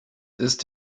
ist